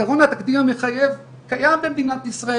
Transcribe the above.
לאחר מכן היא תגלה מחלה גרורתית בלי יכולת החלמה